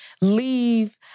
Leave